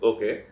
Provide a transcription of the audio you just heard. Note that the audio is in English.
Okay